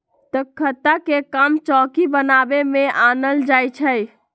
तकख्ता के काम चौकि बनाबे में आनल जाइ छइ